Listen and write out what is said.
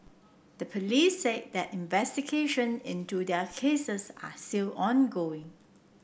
the police said that investigation into their cases are still ongoing